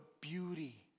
beauty